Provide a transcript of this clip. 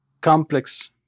complex